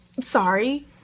sorry